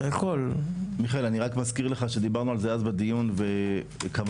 אני רק מזכיר לך שדיברנו על זה אז בדיון וקבענו